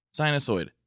Sinusoid